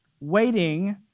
waiting